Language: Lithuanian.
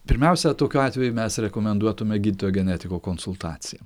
pirmiausia tokiu atveju mes rekomenduotume gydytojo genetiko konsultaciją